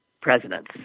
presidents